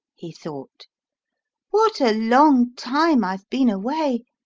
he thought what a long time i've been away!